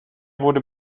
wurde